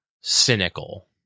cynical